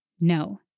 No